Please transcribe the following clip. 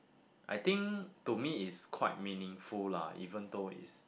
I think to me is quite meaningful lah even though is